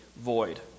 void